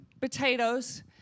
potatoes